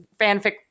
fanfic